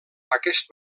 aquest